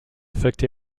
affect